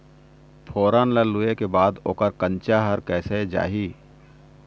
फोरन ला लुए के बाद ओकर कंनचा हर कैसे जाही?